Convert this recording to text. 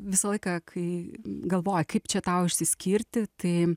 visą laiką kai galvoji kaip čia tau išsiskirti tai